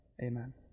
Amen